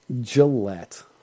Gillette